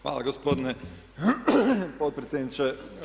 Hvala gospodine potpredsjedniče.